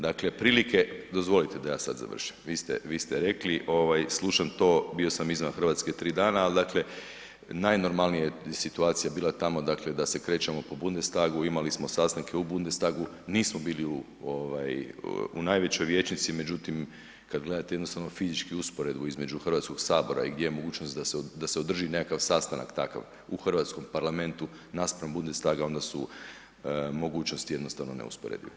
Dakle, prilike, dozvolite da ja sad završim, vi ste rekli, slušam to, bio sam izvan Hrvatske 3 dana, ali dakle najnormalnije je situacija bila tamo da se krećemo po Bundestagu, imali smo sastanke u Bundestagu, nismo bili u najvećoj vijećnici, međutim kad gledate jednostavno fizički usporedbu između HS-a i gdje je mogućnost da se održi nekakav sastanak takav, u hrvatskom parlamentu naspram Bundestaga, onda su mogućnosti jednostavno neusporedive.